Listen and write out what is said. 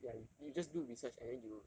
ya you you just do research and then you